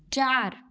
चार